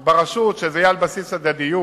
ברשות, שזה יהיה על בסיס הדדיות,